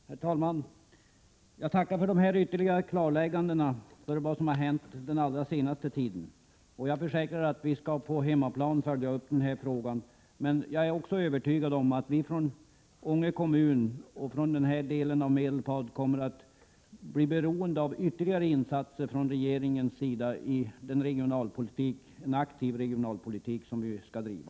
Herr talman! Jag tackar för de ytterligare klarläggandena om vad som har hänt under det allra senaste tiden. På hemmaplan skall vi följa upp denna fråga, det försäkrar jag. Jag är dock övertygad om att vi i Ånge kommun ochi denna del av Medelpad kommer att bli beroende av ytterligare insatser från regeringens sida i den aktiva regionalpolitik som vi skall driva.